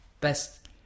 Best